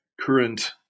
current